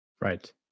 right